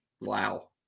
Wow